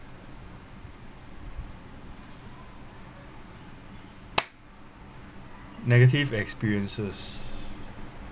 negative experiences